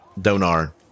Donar